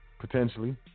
potentially